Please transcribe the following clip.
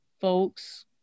folks